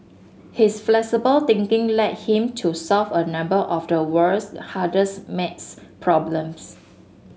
his flexible thinking led him to solve a number of the world's hardest maths problems